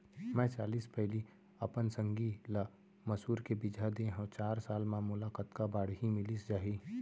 मैं चालीस पैली अपन संगी ल मसूर के बीजहा दे हव चार साल म मोला कतका बाड़ही मिलिस जाही?